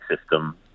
system